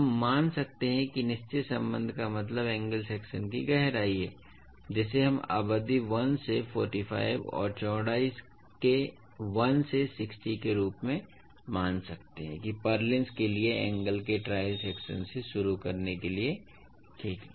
फिर हम मान सकते हैं कि निश्चित संबंध का मतलब एंगल सेक्शन की गहराई है जिसे हम अवधि 1 से 45 और चौड़ाई के 1 से 60 के रूप में मान सकते हैं कि पुर्लिन्स के लिए एंगल के ट्रायल सेक्शन से शुरू करने के लिए ठीक है